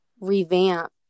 revamp